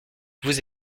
vous